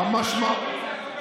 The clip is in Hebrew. אדוני,